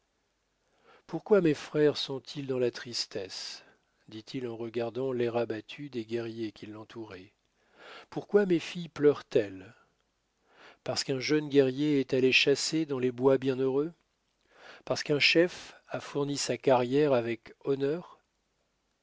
pourquoi mes frères sont-ils dans la tristesse dit-il en regardant l'air abattu des guerriers qui l'entouraient pourquoi mes filles pleurent elles parce qu'un jeune guerrier est allé chasser dans les bois bienheureux parce qu'un chef a fourni sa carrière avec honneur